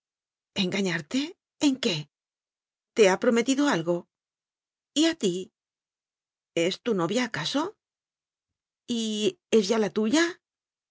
engañarte en qué te ha prometido algo y a ti es tu novia acaso y es ya la tuya